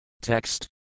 Text